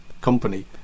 company